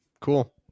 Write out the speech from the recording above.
Cool